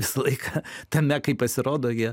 visąlaiką tame kaip pasirodo jie